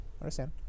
Understand